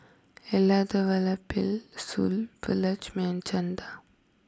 Elattuvalapil Subbulakshmi and Chanda